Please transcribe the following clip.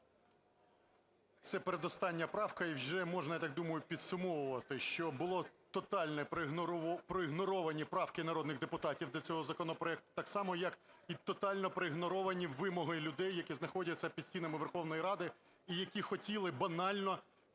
Це передостання правка, і вже можна, я так думаю, підсумовувати, що було тотально проігноровані правки народних депутатів до цього законопроекту, так само, як і тотально проігноровані вимоги людей, які знаходяться під стінами Верховної Ради і які хотіли банально,